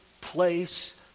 place